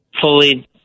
fully